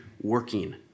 working